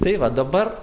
tai va dabar